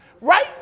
Right